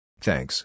Thanks